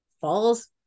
falls